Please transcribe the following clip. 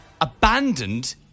abandoned